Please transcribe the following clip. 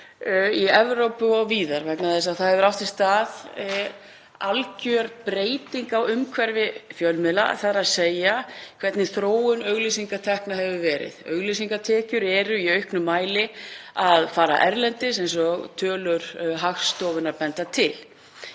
í Evrópu og víðar, vegna þess að það hefur átt sér stað algjör breyting á umhverfi fjölmiðla, þ.e. hvernig þróun auglýsingatekna hefur verið. Auglýsingatekjur eru í auknum mæli að fara erlendis eins og tölur Hagstofunnar benda til.